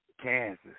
Kansas